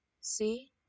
see